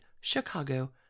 Chicago